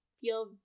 feel